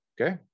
Okay